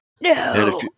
No